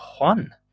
one